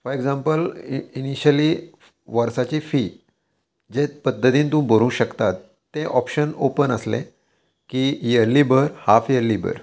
for example initially वर्साची fee जे पद्दतीन तूं भरूंक शकतात तें ऑप्शन ओपन आसलें की इयरली भर हाफ इयरली भर